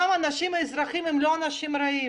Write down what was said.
גם האזרחים לא אנשים רעים,